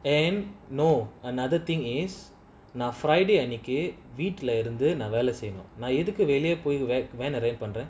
and no another thing is now friday அன்னைக்குவீட்லஇருந்துவேலசெய்யணும்நான்எதுக்குவெளியபொய்பண்றேன்:annaiku veetla irunthu vela seyyanum nan edhuku veliya poi panren